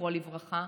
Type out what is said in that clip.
זכרו לברכה.